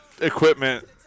equipment